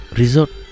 resort